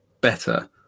better